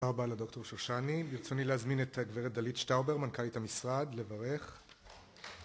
תודה רבה לדוקטור שושני. ברצוני להזמין את הגברת דלית שטאובר, מנכ"לית המשרד, לברך